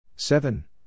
Seven